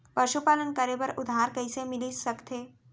पशुपालन करे बर उधार कइसे मिलिस सकथे?